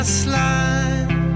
slide